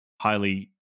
highly